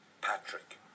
Patrick